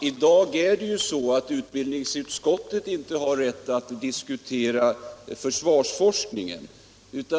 Herr talman! I dag har utbildningsutskottet inte rätt att diskutera försvarsforskningen.